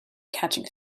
catching